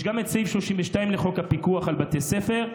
יש גם את סעיף 32 לחוק הפיקוח על בתי ספר,